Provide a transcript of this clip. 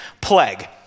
plague